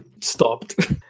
stopped